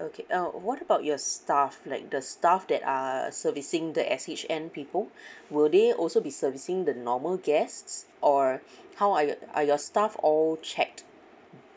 okay uh what about your staffs like the staffs that are servicing the S_H_N people will they also be servicing the normal guests or how are your are your staffs all checked